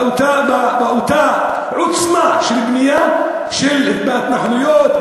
באותה עוצמה של בנייה בהתנחלויות,